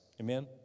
Amen